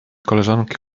koleżanki